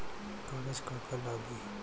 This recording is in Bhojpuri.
कागज का का लागी?